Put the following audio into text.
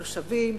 תושבים.